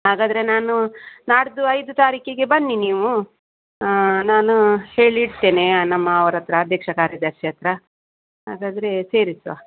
ಹಾಗಾದರೆ ನಾನು ನಾಡಿದ್ದು ಐದು ತಾರೀಕಿಗೆ ಬನ್ನಿ ನೀವು ನಾನು ಹೇಳಿ ಇಡ್ತೇನೆ ನಮ್ಮ ಅವ್ರ ಹತ್ರ ಅಧ್ಯಕ್ಷ ಕಾರ್ಯದರ್ಶಿ ಹತ್ತಿರ ಹಾಗಾದರೆ ಸೇರಿಸುವ